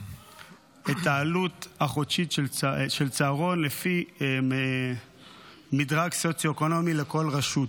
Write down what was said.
את העלות החודשית של צהרון לפי מדרג סוציו-אקונומי לכל רשות.